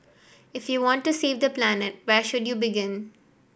if you want to save the planet where should you begin